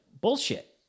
bullshit